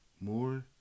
more